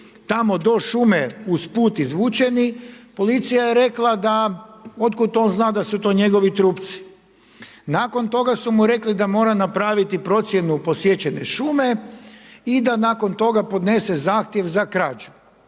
tamo do šume, uz put, izvučeni. Policija je rekla da, od kud on zna da su to njegovi trupci? Nakon toga su mu rekli da mora napraviti procjenu posječene šume i da nakon toga podnese Zahtjev za krađu.